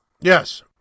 yes